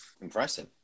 Impressive